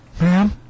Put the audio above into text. Ma'am